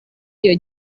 iyo